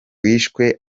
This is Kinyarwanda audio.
wishwe